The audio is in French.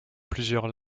plusieurs